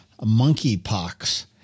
monkeypox